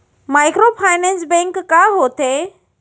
Microfinance bank का होथे?